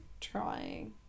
trying